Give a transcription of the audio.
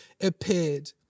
appeared